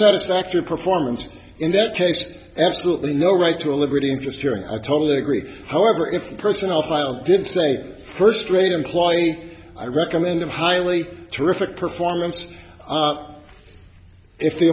unsatisfactory performance in that case absolutely no right to a liberty interest hearing i totally agree however if the personnel files did say first rate employee i recommend them highly terrific performance if the